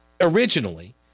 originally